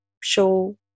show